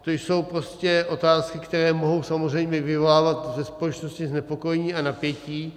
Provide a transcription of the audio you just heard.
To jsou prostě otázky, které mohou samozřejmě vyvolávat ve společnosti znepokojení a napětí.